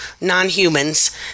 non-humans